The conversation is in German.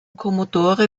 commodore